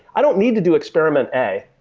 i don't need to do experiment a,